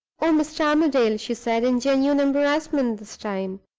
oh, mr. armadale, she said, in genuine embarrassment this time,